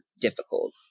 difficult